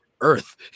earth